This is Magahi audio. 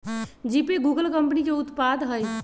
जीपे गूगल कंपनी के उत्पाद हइ